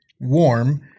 warm